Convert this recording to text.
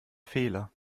fehler